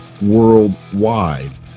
worldwide